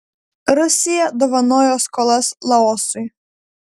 rusija dovanojo skolas laosui